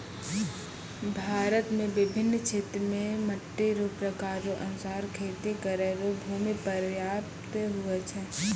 भारत मे बिभिन्न क्षेत्र मे मट्टी रो प्रकार रो अनुसार खेती करै रो भूमी प्रयाप्त हुवै छै